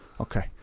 okay